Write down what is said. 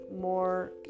more